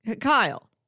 Kyle